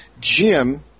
Jim